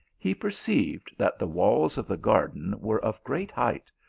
he perceived that the walls of the garden were of great height,